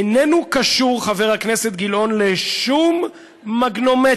איננו קשור, חבר הכנסת גילאון, לשום מגנומטר.